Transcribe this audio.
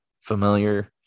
familiar